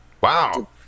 Wow